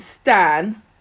Stan